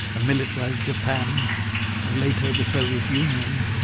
a militarised japan and later the soviet union,